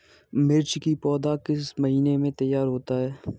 मिर्च की पौधा किस महीने में तैयार होता है?